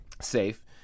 safe